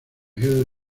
hill